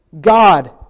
God